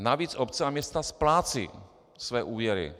Navíc obce a města splácejí své úvěry.